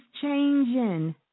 changing